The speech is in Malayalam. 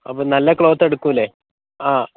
അപ്പോൾ നല്ല ക്ലോത്ത് എടുക്കില്ലേ ആ